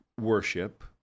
worship